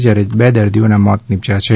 જયારે બે દર્દીઓના મોત નીપજયા છે